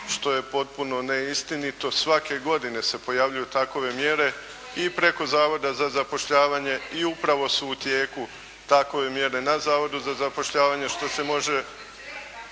što je potpuno neistinito. Svake godine se pojavljuju takove mjere i preko Zavoda za zapošljavanje i upravo su u tijeku takove mjere na Zavodu za zapošljavanje što se može